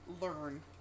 learn